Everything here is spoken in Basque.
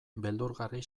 beldurgarri